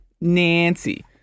Nancy